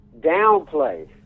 downplay